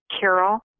Carol